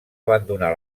abandonar